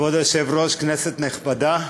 כבוד היושב-ראש, כנסת נכבדה,